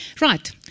Right